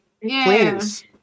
Please